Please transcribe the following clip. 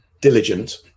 diligent